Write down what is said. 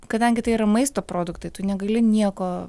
kadangi tai yra maisto produktai tu negali nieko